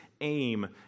aim